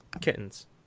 kittens